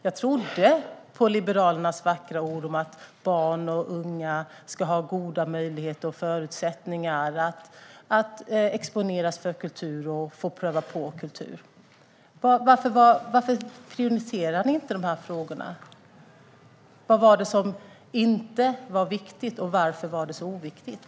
Jag trodde på Liberalernas vackra ord om att barn och unga ska ha goda möjligheter och förutsättningar att exponeras för kultur och få prova på kultur. Varför prioriterar ni inte dessa frågor? Vad var det som inte är viktigt, och varför är det så oviktigt?